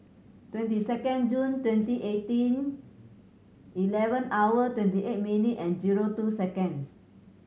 twenty second June twenty eighteen eleven hour twenty eight minute and zero two seconds